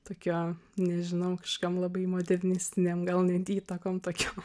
tokio nežinau kažkokiom labai modernistinėm gal net įtakom tokiom